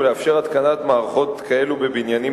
ולאפשר התקנת מערכות כאלה בבניינים